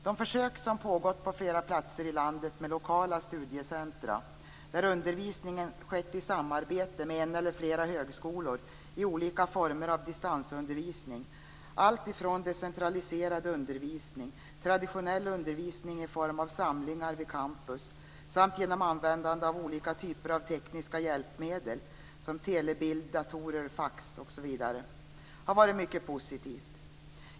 De försök som pågått på flera platser i landet med lokala studiecentrum, där undervisningen skett i samarbete med en eller flera högskolor i olika former av distansundervisning - alltifrån decentraliserad undervisning till traditionell undervisning i form av samlingar vid campus och användande av olika typer av tekniska hjälpmedel, som telebild, datorer, fax osv. - har varit mycket positiva.